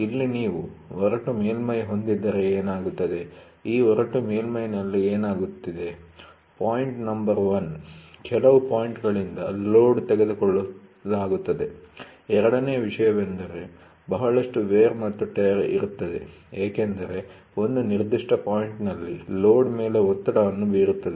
ಇಲ್ಲಿ ನೀವು ಒರಟು ಮೇಲ್ಮೈ ಹೊಂದಿದ್ದರೆ ಏನಾಗುತ್ತದೆ ಈ ಒರಟು ಮೇಲ್ಮೈ'ನಲ್ಲಿ ಏನಾಗುತ್ತದೆ ಪಾಯಿಂಟ್ ನಂಬರ್ ಒನ್ ಕೆಲವು ಪಾಯಿಂಟ್'ಗಳಿಂದ ಲೋಡ್ ತೆಗೆದುಕೊಳ್ಳಲಾಗುತ್ತದೆ ಎರಡನೆಯ ವಿಷಯವೆಂದರೆ ಬಹಳಷ್ಟು ವೇರ್ ಮತ್ತು ಟೇರ್ ಇರುತ್ತದೆ ಏಕೆಂದರೆ ಒಂದು ನಿರ್ದಿಷ್ಟ ಪಾಯಿಂಟ್'ನಲ್ಲಿ ಲೋಡ್ ಮೇಲೆ ಒತ್ತಡ ಅನ್ನು ಬೀರುತ್ತದೆ